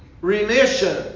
remission